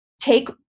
take